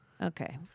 okay